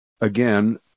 Again